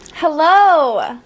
Hello